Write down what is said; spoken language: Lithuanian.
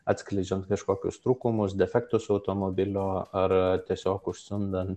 atskleidžiant kažkokius trūkumus defektus automobilio ar tiesiog užsiundant